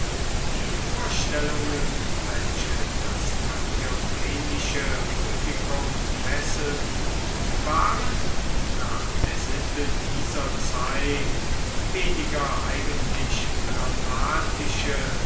die vorstellungen welche das antiochenische publikum fesselten waren nach der sitte dieser zeit weniger eigentlich dramatische